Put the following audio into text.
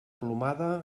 plomada